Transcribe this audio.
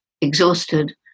exhausted